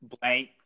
blank